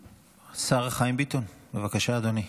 השר חיים ביטון, בבקשה, אדוני,